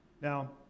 Now